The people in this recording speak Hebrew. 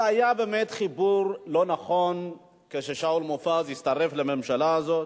זה היה באמת חיבור לא נכון כששאול מופז הצטרף לממשלה הזאת.